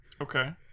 okay